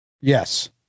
Yes